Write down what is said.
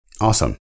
Awesome